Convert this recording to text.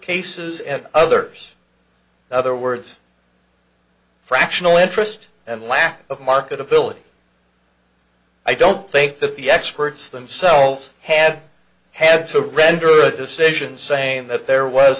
cases and others other words fractional interest and lack of marketability i don't think that the experts themselves had had to render a decision saying that there was